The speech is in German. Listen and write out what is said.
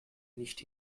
nicht